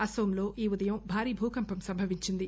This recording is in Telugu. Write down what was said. అస్పోంలో ఈ ఉదయం భారీ భూకంపం సంభవించింది